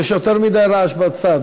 יש יותר מדי רעש בצד,